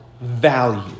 value